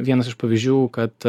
vienas iš pavyzdžių kad